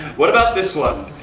what about this one.